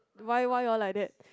why why you all like that